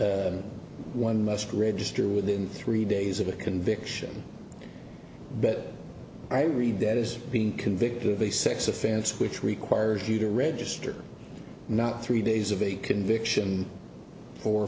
that one must register within three days of a conviction but i read that as being convicted of a sex offense which requires you to register not three days of a conviction for